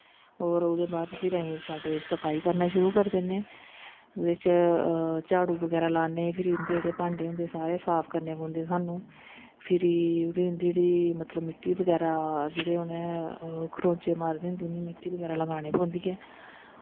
और ओह्दे बाद अस शैड्ड दी सफाई करन शुरु करी दिन्नें आं ओह्दे बाद झाड़ू बगैरा लान्नें फिर उंदे जेह्ड़े भांडे होंदे साफ करनें पौंदे स्हानू फिर उंदी जेह्ड़ी मिट्टी बगैरा उनें खरोंचे मारी दी होंदी मिट्टी बगैरा लगानें पौंदी ऐ